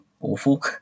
awful